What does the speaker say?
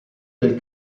del